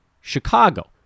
Chicago